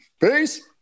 Peace